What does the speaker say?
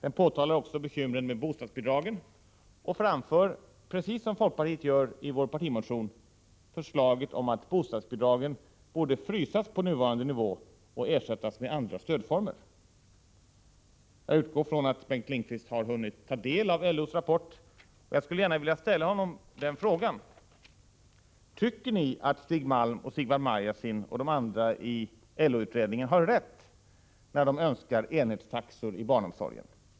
Den påtalar också bekymren med bostadsbidragen och framför — precis som vi i folkpartiet gör i vår partimotion —- förslaget om att bostadsbidragen borde frysas på nuvarande nivå och ersättas med andra stödformer. Jag utgår från att Bengt Lindqvist har hunnit ta del av LO:s rapport och skulle gärna vilja ställa honom följande fråga: Tycker ni att Stig Malm, Sigvard Marjasin och de andra i LO-utredningen har rätt när de önskar enhetstaxor inom barnomsorgen?